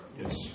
yes